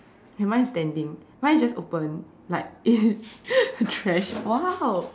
ya mine is standing mine is just open like it's trash !wow!